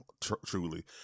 truly